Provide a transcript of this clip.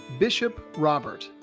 bishoprobert